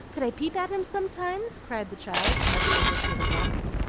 could i peep at him sometimes? cried the child, much interested at once.